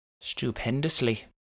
Stupendously